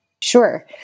Sure